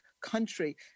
country